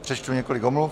Přečtu několik omluv.